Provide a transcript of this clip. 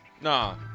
nah